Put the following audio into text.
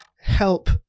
help